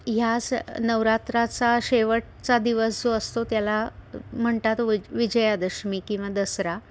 ह्या स नवरात्रीचा शेवटचा दिवस जो असतो त्याला म्हणतात विजयादशमी किंवा दसरा